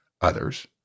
others